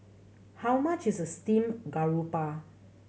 how much is steamed garoupa